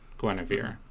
Guinevere